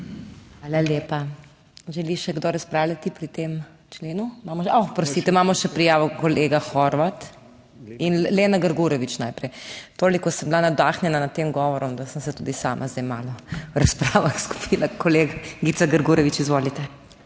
Hvala lepa. Želi še kdo razpravljati pri tem členu? Imamo. oprostite, imamo še prijavo, kolega Horvat in Lena Grgurevič. Najprej, toliko sem bila navdahnjena nad tem govorom, da sem se tudi sama zdaj malo v razpravah izgubila. Kolegica Grgurevič, izvolite.